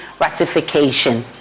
ratification